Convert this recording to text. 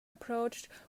approached